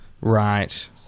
Right